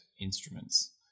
instruments